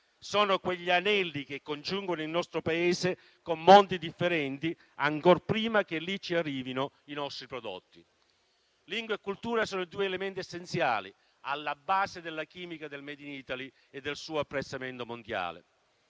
sono quegli anelli che congiungono il nostro Paese con mondi differenti ancor prima che lì arrivino i nostri prodotti. Lingua e cultura sono i due elementi essenziali alla base della chimica del *made in Italy* e del suo apprezzamento mondiale.